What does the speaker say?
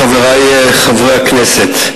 חברי חברי הכנסת,